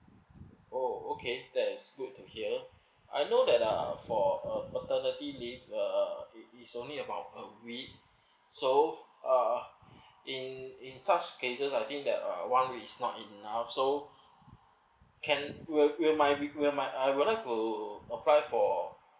oh okay that is good to hear I know that um for uh paternity leave uh uh is is only about a week so uh in in such cases I think that uh one week is not enough so can will will my will my uh would like to apply for